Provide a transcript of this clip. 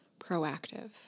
proactive